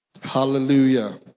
Hallelujah